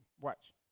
Watch